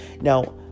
Now